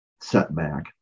setback